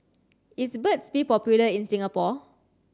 is Burt's bee popular in Singapore